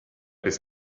bis